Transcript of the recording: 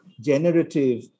generative